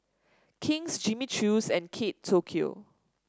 King's Jimmy Choo's and Kate Tokyo